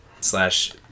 slash